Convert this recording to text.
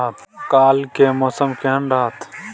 काल के मौसम केहन रहत?